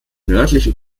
nördlichen